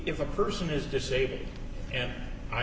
if a person is disabled and i